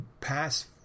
past